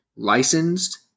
licensed